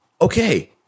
Okay